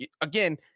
again